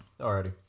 already